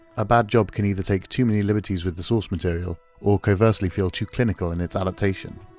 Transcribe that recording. a bad job can either take too many liberties with the source material, or conversely, feel too clinical in its adaptation.